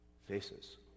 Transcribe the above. faces